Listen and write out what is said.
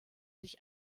sich